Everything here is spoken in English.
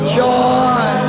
joy